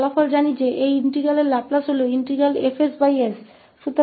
हम परिणाम जानते हैं कि समाकल के लाप्लास का समाकल 𝐹𝑠sहै